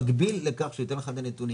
במקביל לכך שהוא ייתן לך את הנתונים,